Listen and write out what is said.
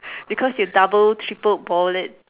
because you double triple boil it